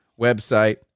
website